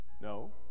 No